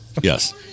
yes